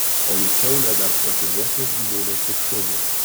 o juk kiaulė dar protingesnis gyvūnas už šunį